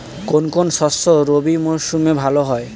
কোন কোন শস্য রবি মরশুমে ভালো হয়?